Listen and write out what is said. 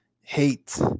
hate